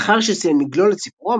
לאחר שסיים לגולל את סיפורו,